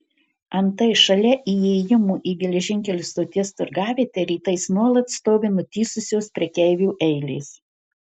antai šalia įėjimų į geležinkelio stoties turgavietę rytais nuolat stovi nutįsusios prekeivių eilės